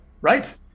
Right